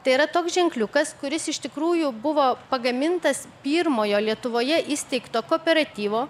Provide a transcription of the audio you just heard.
tai yra toks ženkliukas kuris iš tikrųjų buvo pagamintas pirmojo lietuvoje įsteigto kooperatyvo